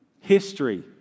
History